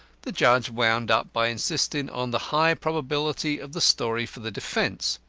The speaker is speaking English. the judge wound up by insisting on the high probability of the story for the defence,